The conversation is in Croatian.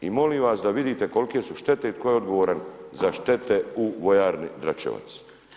I molim vas da vidite koliko su štete i tko je odgovoran za štete u vojarni Dračevac.